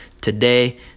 today